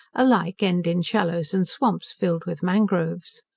alike end in shallows and swamps, filled with mangroves.